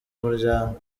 umuryango